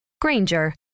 Granger